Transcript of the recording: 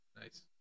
Nice